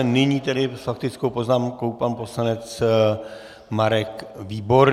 Nyní tedy s faktickou poznámkou pan poslanec Marek Výborný.